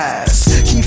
Keep